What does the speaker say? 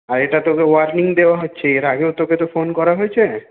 আর এটা তোকে ওয়ার্নিং দেওয়া হচ্ছে এর আগেও তোকে তো ফোন করা হয়েছে